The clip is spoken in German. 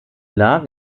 lag